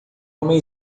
homem